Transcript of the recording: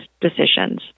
decisions